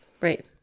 Right